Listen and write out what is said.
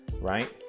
Right